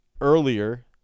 earlier